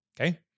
Okay